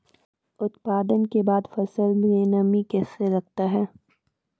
उत्पादन के बाद फसल मे नमी कैसे लगता हैं?